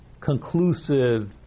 conclusive